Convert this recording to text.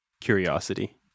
curiosity